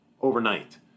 overnight